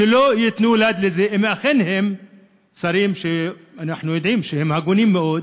שלא ייתנו יד לזה אם אכן הם שרים שאנחנו יודעים שהם הגונים מאוד.